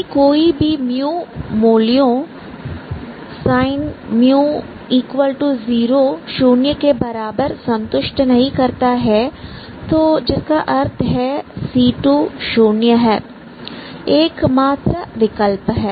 यदि कोई भी मूल्यों sin 0शून्य के बराबर संतुष्ट नहीं करता है तो जिसका अर्थ है c2 शून्य है एकमात्र विकल्प है